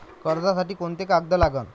कर्जसाठी कोंते कागद लागन?